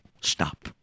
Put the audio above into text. stop